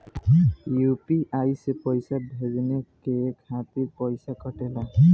UPI से पइसा भेजने के खातिर पईसा कटेला?